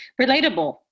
relatable